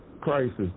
crisis